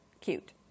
cute